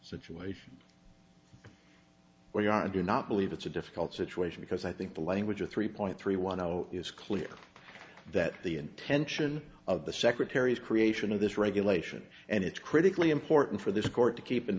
situation well your honor i do not believe it's a difficult situation because i think the language of three point three one zero is clear that the intention of the secretary is creation of this regulation and it's critically important for this court to keep in